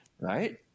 right